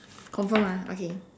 confirm ah okay